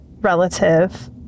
relative